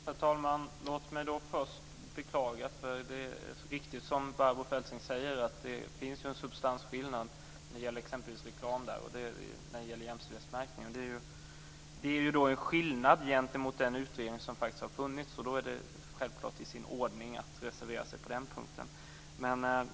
Herr talman! Låt mig först beklaga. Det är riktigt som Barbro Feltzing säger att det finns en substansskillnad när det gäller exempelvis reklam vad beträffar jämställdhetsmärkning. Det är en skillnad om man jämför med det som tas upp i utredningen. Då är det självklart i sin ordning att reservera sig på den punkten.